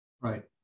Right